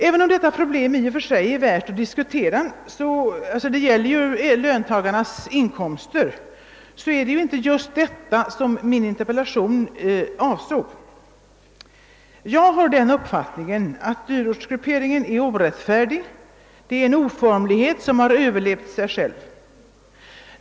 Även om detta problem i och för sig är värt att diskutera — det gäller ju löntagarnas inkomster — var det inte just detta som min interpellation avsåg. Jag hyser den uppfattningen, att dyrortsgrupperingen är orättfärdig; den är en oformlighet som har överlevt sig själv.